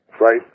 right